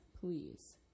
please